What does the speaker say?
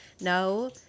no